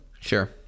Sure